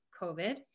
COVID